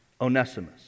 Onesimus